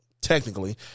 technically